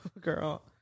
girl